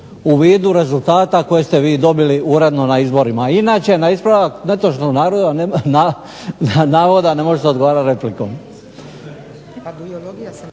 u vidu rezultata koje ste vi dobili uredno na izborima. Inače na ispravak netočnog navoda ne može se odgovarati replikom.